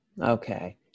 okay